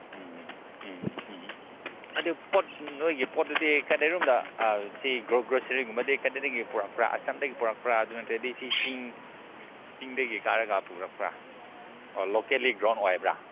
ꯎꯝ ꯎꯝ ꯎꯝ ꯑꯗꯨ ꯄꯣꯠ ꯅꯣꯏꯒꯤ ꯄꯣꯠꯇꯨꯗꯤ ꯀꯗꯥꯏꯂꯣꯝꯗ ꯁꯤ ꯒ꯭ꯔꯣꯁꯔꯤꯒꯨꯝꯕꯗꯤ ꯀꯗꯥꯏꯗꯒꯤ ꯄꯨꯔꯛꯄ꯭ꯔꯥ ꯑꯁꯥꯝꯗꯩ ꯄꯨꯔꯛꯄ꯭ꯔꯥ ꯑꯗꯨ ꯅꯠꯇꯔꯗꯤ ꯆꯤꯡ ꯆꯤꯡꯗꯒꯤ ꯀꯥꯔꯒ ꯄꯨꯔꯛꯄ꯭ꯔꯥ ꯑꯣꯔ ꯂꯣꯀꯦꯜꯂꯤ ꯒ꯭ꯔꯣꯟ ꯑꯣꯏꯕ꯭ꯔꯥ